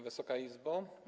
Wysoka Izbo!